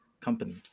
company